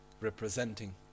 representing